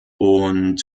und